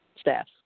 staff